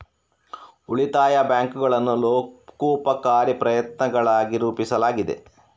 ಉಳಿತಾಯ ಬ್ಯಾಂಕುಗಳನ್ನು ಲೋಕೋಪಕಾರಿ ಪ್ರಯತ್ನಗಳಾಗಿ ರೂಪಿಸಲಾಗಿದೆ